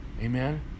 amen